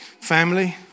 family